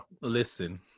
Listen